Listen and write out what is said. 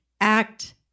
Act